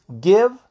give